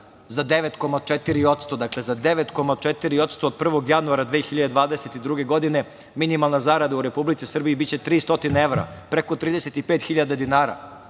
za 9,4% od 1. januara 2022. godine minimalna zarada u Republici Srbiji biće tri stotine evra, preko 35.000 dinara,